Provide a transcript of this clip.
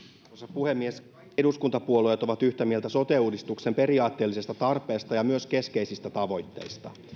puhemies eduskuntapuolueet ovat yhtä mieltä sote uudistuksen periaatteellisesta tarpeesta ja myös keskeisistä tavoitteista